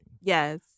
Yes